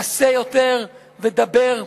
עשה יותר ודבר פחות.